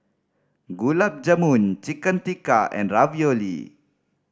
Gulab Jamun Chicken Tikka and Ravioli